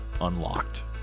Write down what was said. Unlocked